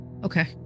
Okay